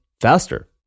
faster